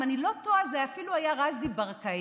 אם אני לא טועה, זה אפילו היה רזי ברקאי,